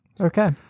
Okay